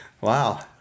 Wow